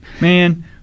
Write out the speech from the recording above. man